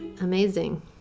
amazing